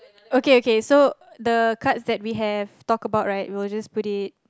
okay okay so the cards that we have talked about right we'll just put it